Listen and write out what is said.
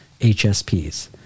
HSPs